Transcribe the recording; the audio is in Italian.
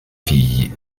figli